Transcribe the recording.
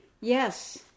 Yes